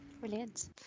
Brilliant